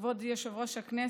כבוד יושב-ראש הישיבה,